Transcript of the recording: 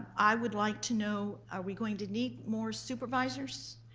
i would like to know are we going to need more supervisors?